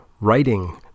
writing